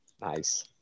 Nice